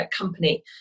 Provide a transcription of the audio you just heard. company